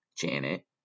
Janet